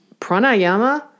pranayama